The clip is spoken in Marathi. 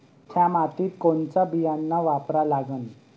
थ्या मातीत कोनचं बियानं वापरा लागन?